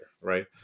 right